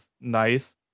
nice